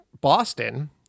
Boston